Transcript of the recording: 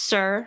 Sir